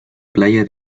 playa